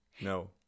No